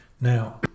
Now